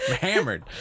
Hammered